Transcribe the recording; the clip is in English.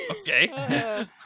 Okay